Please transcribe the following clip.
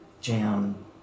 jam